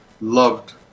loved